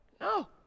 No